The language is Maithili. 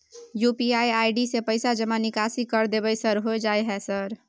यु.पी.आई आई.डी से पैसा जमा निकासी कर देबै सर होय जाय है सर?